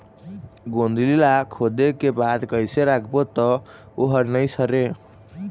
गोंदली ला खोदे के बाद कइसे राखबो त ओहर नई सरे?